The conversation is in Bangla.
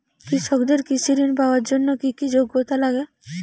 কৃষকদের কৃষি ঋণ পাওয়ার জন্য কী কী যোগ্যতা লাগে?